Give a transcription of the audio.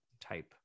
type